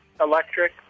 electric